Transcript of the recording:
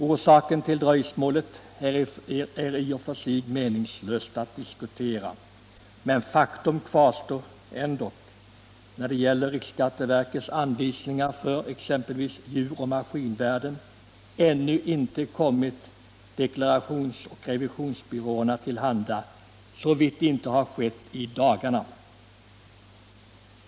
Orsaken till dröjsmålet är det i och för sig meningslöst att diskutera, men faktum kvarstår ändock att riksskatteverkets anvisningar för exempelvis djuroch maskinvärden ännu inte kommit deklarationsoch revisionsbyråerna till handa, såvitt det inte har skett i dagarna.